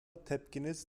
tepkiniz